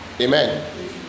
Amen